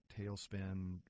tailspin